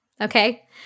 okay